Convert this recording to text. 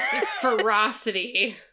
ferocity